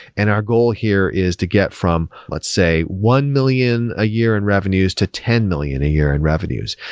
and our goal here is to get from, let's say, one million a year in revenues to ten million a year in revenues,